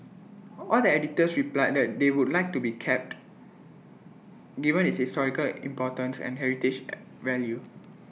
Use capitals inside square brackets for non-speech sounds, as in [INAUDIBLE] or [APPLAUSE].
[NOISE] all the editors replied that they would like IT to be kept given its historical importance and heritage [NOISE] value